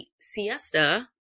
siesta